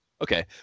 Okay